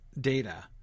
data